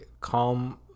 calm